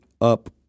up